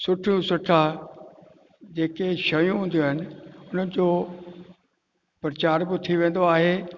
सुठियूं सुठा जेके शयूं हूंदियूं आहिनि प्रचार बि थी वेंदो आहे